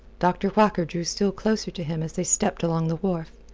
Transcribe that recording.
dr. whacker drew still closer to him as they stepped along the wharf.